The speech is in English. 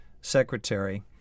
secretary